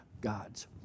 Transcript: God's